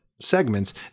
segments